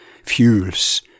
fuels